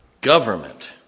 Government